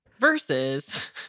versus